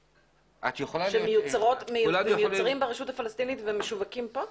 שמיוצרים ברשות הפלסטינית ומשווקים כאן?